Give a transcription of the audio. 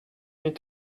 need